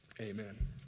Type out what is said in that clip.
amen